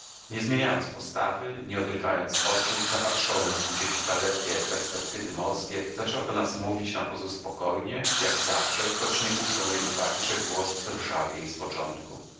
nie zmieniając postawy nie odrywając oczu zapatrzonych gdzieś w dalekie perspektywy morskie zaczęła do nas mówić na pozór spokojnie jak zawsze choć nie uszło mej uwagi że głos drżał jej z początku